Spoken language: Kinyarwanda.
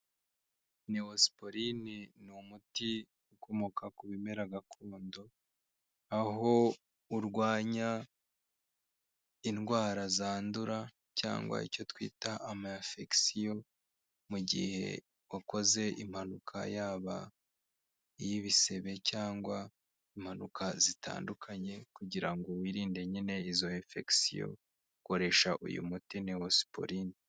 Neosporin n’umuti ukomoka ku bimera gakondo aho urwanya indwara zandura cyangwa icyo twita ama infection mu gihe wakoze impanuka yaba iy'ibisebe cyangwa impanuka zitandukanye kugira ngo wirinde nyine izo infection ukoresha uyu muti wa neoaporin.